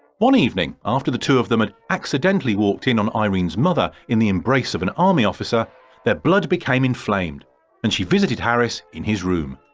one evening after the two of them had accidently walked in on eirene mother in the embrace of an army officer their blood became inflamed and she visited harris in his room.